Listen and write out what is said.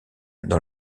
dans